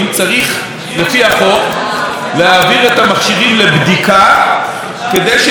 להעביר את המכשירים לבדיקה כדי שהם יקבלו תו